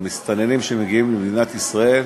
המסתננים שמגיעים למדינת ישראל